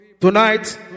Tonight